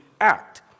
act